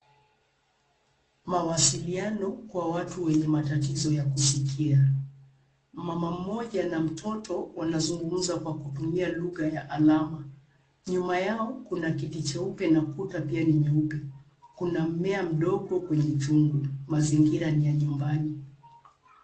Mawasiliano kwa watu wenye matatizo ya kusikia. Mama mmoja na mtoto wanazungumza kwa kutumia lugha ya alama. Nyuma yao kuna kiti cheupe na kuta pia ni nyeupe. Kuna mmea mdogo kwenye chungu. Mazingira ni ya nyumbani.